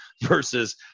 versus